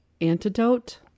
antidote